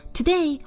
Today